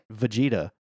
Vegeta